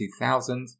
2000